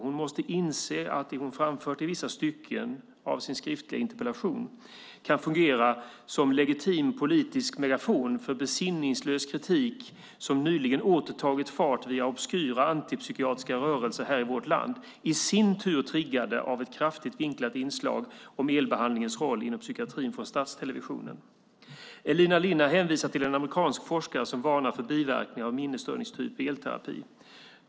Hon måste inse att det hon framfört i vissa stycken i sin interpellation kan fungera som legitim politisk megafon för besinningslös kritik, som nyligen åter tagit fart via obskyra antipsykiatriska rörelser här i vårt land, i sin tur triggade av ett kraftigt vinklat inslag om elbehandlingens roll inom psykiatrin från statstelevisionen. Elina Linna hänvisar till en amerikansk forskare som varnar för biverkningar av minnesstörningstyp vid elterapi.